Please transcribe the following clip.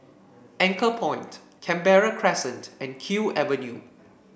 Anchorpoint Canberra Crescent and Kew Avenue